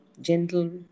gentle